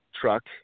truck